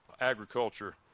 agriculture